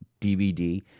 DVD